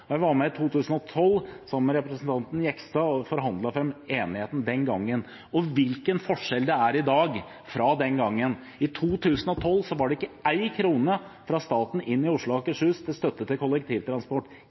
støtte. Jeg var med i 2012, sammen med representanten Jegstad, og forhandlet fram enigheten den gangen. Hvilken forskjell det er fra den gangen til i dag! I 2012 var det ikke én krone fra staten til Oslo og